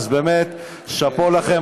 אז באמת שאפו לכם.